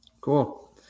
Cool